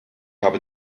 habe